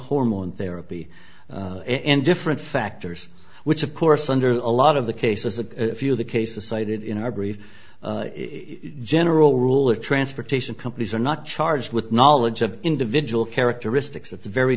hormone therapy in different factors which of course under a lot of the cases a few of the cases cited in our brief general rule of transportation companies are not charged with knowledge of individual characteristics it's very